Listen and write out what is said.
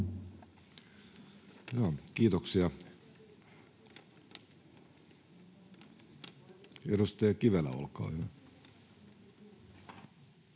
Kiitoksia. — Edustaja Kivelä, olkaa hyvä.